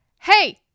Hey